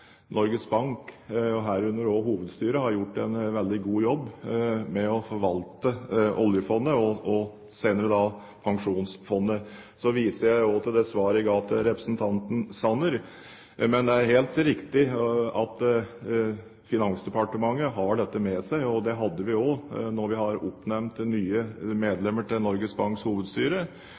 Norges Bank, og herunder også hovedstyret, har gjort en veldig god jobb med å forvalte oljefondet og senere da pensjonsfondet. Jeg viser også til det svaret jeg ga til representanten Sanner. Det er helt riktig at Finansdepartementet har dette med seg. Det hadde vi også da vi oppnevnte nye medlemmer til Norges Banks hovedstyre.